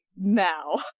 now